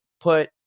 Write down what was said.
put